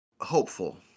hopeful